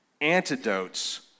antidotes